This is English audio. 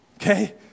okay